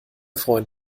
freund